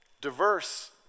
diverse